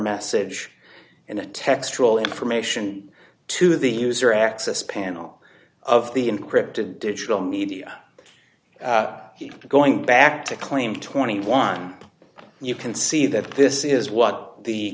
message and a textural information to the user access panel of the encrypted digital media going back to claim twenty one you can see that this is what the